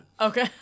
Okay